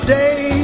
day